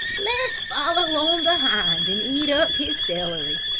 let's follow on behind and eat up his celery.